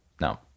Now